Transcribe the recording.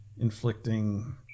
inflicting